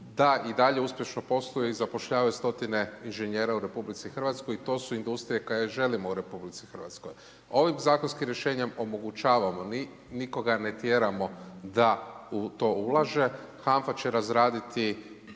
da i dalje uspješno posluje i zapošljavaju stotine inženjera u RH i to su industrije koje želimo u RH. Ovim zakonskim riješenim omogućavamo mi, nikoga ne tjeramo da u to ulaže, HANFA će razraditi